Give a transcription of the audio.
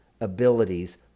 abilities